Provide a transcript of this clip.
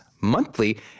Monthly